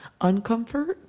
uncomfort